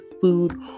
food